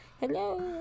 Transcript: Hello